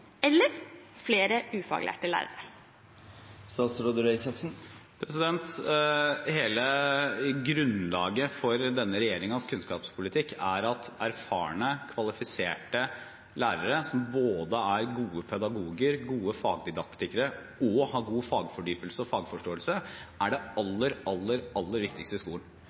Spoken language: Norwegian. eller av flere ufaglærte lærere? Hele grunnlaget for denne regjeringens kunnskapspolitikk er at erfarne, kvalifiserte lærere som både er gode pedagoger, gode fagdidaktikere og har god fagfordypelse og fagforståelse, er det aller, aller, aller viktigste i skolen